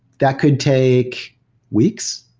that could take weeks,